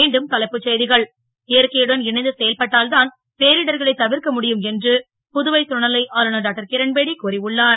மீண்டும் தலைப்புச் செ கள் இயற்கையுடன் இணைந்து செயல்பட்டால் தான் பேரிடர்களை தவிர்க்க முடியும் என்று புதுவை துணை லை ஆளுநர் டாக்டர் கிரண்பேடி கூறியுள்ளார்